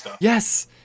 Yes